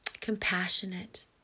compassionate